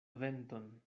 venton